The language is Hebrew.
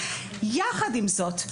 יחד עם זאת,